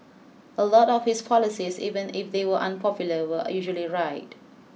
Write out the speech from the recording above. a lot of his policies even if they were unpopular were usually right